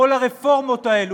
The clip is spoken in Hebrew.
כל הרפורמות האלה?